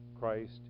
Christ